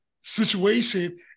situation